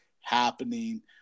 happening